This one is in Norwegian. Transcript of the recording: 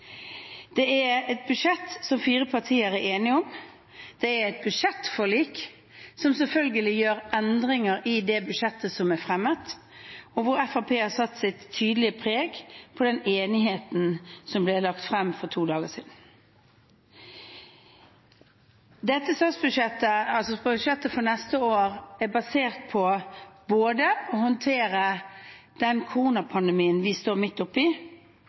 Det er et budsjett som fire partier er enige om. Det er et budsjettforlik som selvfølgelig gjør endringer i det budsjettet som er fremmet, og hvor Fremskrittspartiet har satt sitt tydelige preg på den enigheten som ble lagt frem for to dager siden. Dette statsbudsjettet for neste år er basert på både å håndtere den koronapandemien vi står midt oppi,